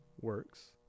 works